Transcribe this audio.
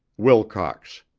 wilcox